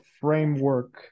framework